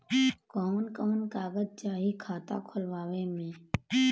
कवन कवन कागज चाही खाता खोलवावे मै?